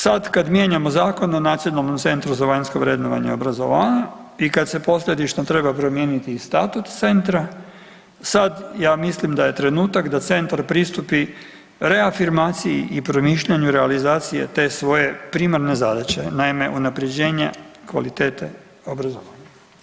Sad kad mijenjamo Zakon o nacionalnom centru za vanjsko vrednovanje obrazovanja i kad se posljedično treba promijeniti i statut centra sad ja mislim da je trenutak da centar pristupi reafirmaciji i promišljanju realizacije te svoje primarne zadaće, naime unaprjeđenje kvalitete obrazovanja.